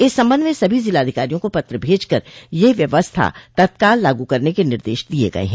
इस संबंध में सभी जिलाधिकारियों को पत्र भेज कर यह व्यवस्था तत्काल लागू कराने के निर्देश दिये गये हैं